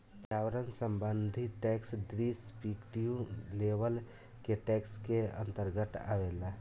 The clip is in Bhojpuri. पर्यावरण संबंधी टैक्स डिस्क्रिप्टिव लेवल के टैक्स के अंतर्गत आवेला